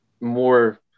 more